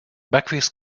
backface